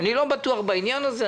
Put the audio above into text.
אני לא בטוח בעניין הזה.